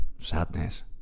sadness